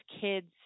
kids